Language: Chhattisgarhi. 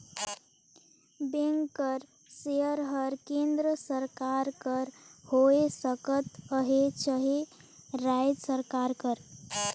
बेंक कर सेयर हर केन्द्र सरकार कर होए सकत अहे चहे राएज सरकार कर